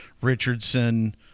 Richardson